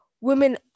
women